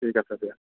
ঠিক আছে দিয়া